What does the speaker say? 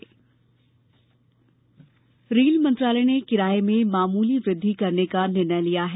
rail किराया rail मंत्रालय ने किराए में मामूली वृद्धि करने का निर्णय लिया है